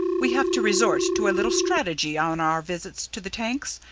we have to resort to a little strategy on our visits to the tanks,